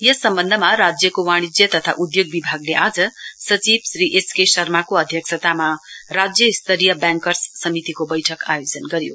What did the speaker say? यस सम्बन्धनमा राज्यको वाणिज्य तथा अद्योग विभागले आज सचिव श्री एच को शर्माको अध्यक्षतामा राज्य स्तरीय व्याङ्कर्स समितिको बैठक आयोजन गर्यो